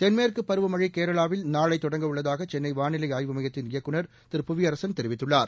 தென்மேற்கு பருவமழை கேரளாவில் நாளை தொடங்க உள்ளதாக சென்னை வாளிலை ஆய்வு மையத்தின் இயக்குநர் திரு புவியரசன் தெரிவித்துள்ளார்